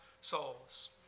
souls